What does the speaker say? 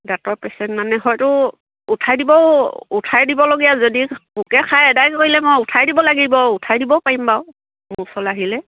দাঁতৰ পেচেণ্ট মানে হয়তো উঠাই দিব উঠাই দিবলগীয়া যদি পোকে খাই এদাই কৰিলে মই উঠাই দিব লাগিব উঠাই দিব পাৰিম বাৰু মোৰ ওচৰলৈ আহিলে